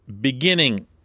beginning